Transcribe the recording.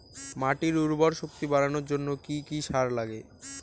মাটির উর্বর শক্তি বাড়ানোর জন্য কি কি সার লাগে?